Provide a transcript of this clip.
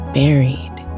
buried